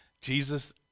Jesus